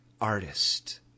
artist